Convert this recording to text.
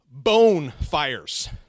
Bonefires